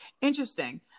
Interesting